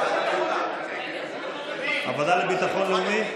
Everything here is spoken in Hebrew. הוועדה לביטחון לאומי?